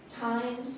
times